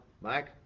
Mike